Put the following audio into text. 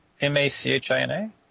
M-A-C-H-I-N-A